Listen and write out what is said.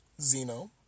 Zeno